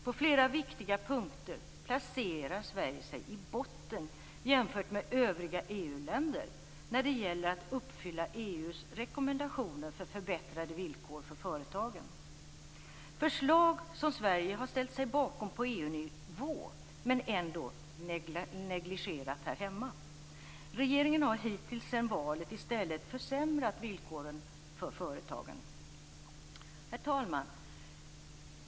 På flera viktiga punkter placerar sig Sverige i botten jämfört med övriga EU-länder när det gäller att uppfylla EU:s rekommendationer för förbättrade villkor för företagen. Det är förslag som Sverige har ställt sig bakom på EU-nivå men ändå negligerat här hemma. Regeringen har hittills sedan valet i stället försämrat villkoren för företagen. Herr talman!